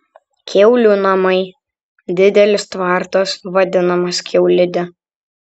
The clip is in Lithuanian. kiaulių namai didelis tvartas vadinamas kiaulide